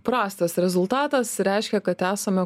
prastas rezultatas reiškia kad esame